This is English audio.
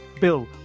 Bill